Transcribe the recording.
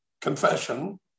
confession